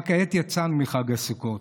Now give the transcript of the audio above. רק כעת יצאנו מחג הסוכות,